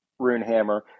Runehammer